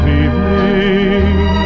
evening